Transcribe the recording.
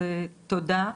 אז תודה.